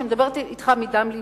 שמדברת אתך מדם לבי.